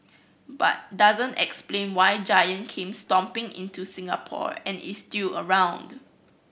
but doesn't explain why Giant came stomping into Singapore and is still around